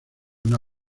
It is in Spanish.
una